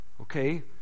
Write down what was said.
okay